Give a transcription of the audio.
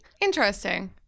Interesting